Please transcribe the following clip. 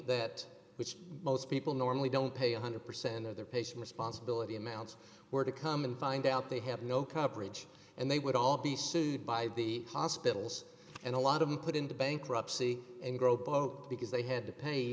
that which most people normally don't pay one hundred percent of their patient responsibility amounts were to come and find out they have no coverage and they would all be sued by the hospitals and a lot of you put into bankruptcy and grow both because they had to pay